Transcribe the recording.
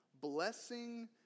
blessing